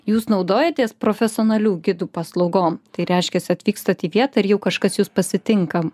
jūs naudojatės profesionalių gidų paslaugom tai reiškias atvykstate į vietą ir jau kažkas jus pasitinka